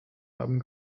haben